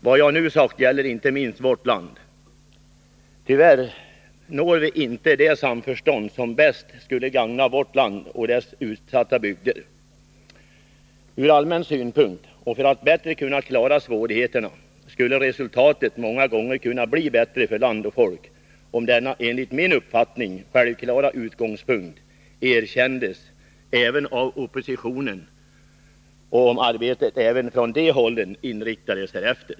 Vad jag nu sagt gäller inte minst vårt land. Tyvärr når vi därför inte det samförstånd som bäst skulle gagna vårt land och dess utsatta bygder. Ur allmän synpunkt och för att bättre kunna klara svårigheterna skulle resultatet ofta kunna bli bättre för land och folk, om denna enligt min uppfattning självklara utgångspunkt erkändes även av oppositionen och om arbetet även från det hållet inriktades därefter.